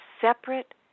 separate